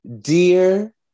dear